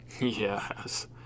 Yes